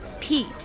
Pete